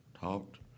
talked